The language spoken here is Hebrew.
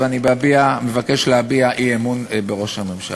ואני מבקש להביע אי-אמון בראש הממשלה.